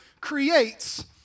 creates